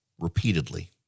repeatedly